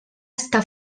està